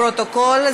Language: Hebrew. לפרוטוקול,